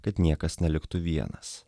kad niekas neliktų vienas